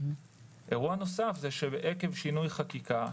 אירוע נוסף הוא שעקב שינוי חקיקה,